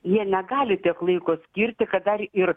jie negali tiek laiko skirti kad dar ir